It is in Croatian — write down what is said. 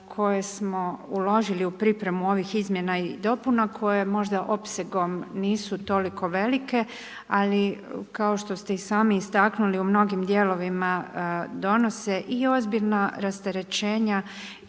koje smo uložili u pripremu ovih izmjena i dopuna koje možda opsegom nisu toliko velike ali kao što ste i sami istaknuli u mnogim dijelovima donose i ozbiljna rasterećenja